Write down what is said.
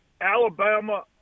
Alabama